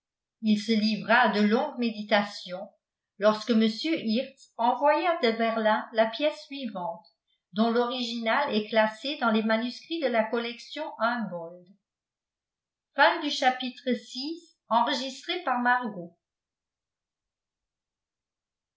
il se livra à de longues méditations lorsque mr hirtz envoya de berlin la pièce suivante dont l'original est classé dans les manuscrits de la collection humboldt